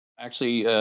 actually,